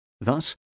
Thus